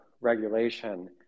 regulation